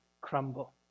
crumble